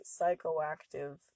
psychoactive